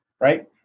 Right